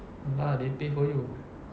ah they pay for you